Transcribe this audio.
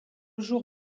jour